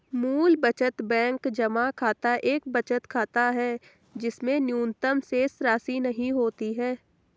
मूल बचत बैंक जमा खाता एक बचत खाता है जिसमें न्यूनतम शेषराशि नहीं होती है